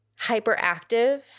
hyperactive